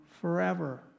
forever